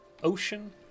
ocean